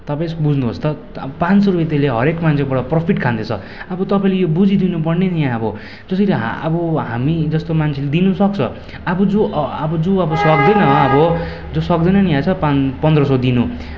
तपाईँ बुझ्नुहोस् त पाँच सय रुपियाँ त्यसले हरेक मान्छेकोबाट प्रफिट खाँदैछ अब तपाईँले यो बुझिदिनु पर्ने नि अब जसरी अब हामी जस्तो मान्छेले दिनुसक्छ अब जो अब जो सक्दैन अब जो सक्दैन नि याद छ पाँच पन्ध्र सय दिनु